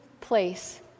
place